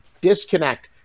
disconnect